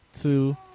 two